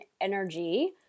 energy